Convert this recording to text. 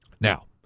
Now